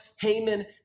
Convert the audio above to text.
Haman